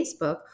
Facebook